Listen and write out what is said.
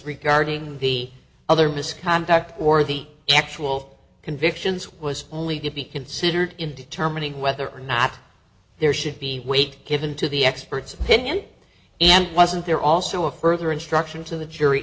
regarding the other misconduct or the actual convictions was only to be considered in determining whether or not there should be weight given to the expert's opinion and wasn't there also a further instruction to the jury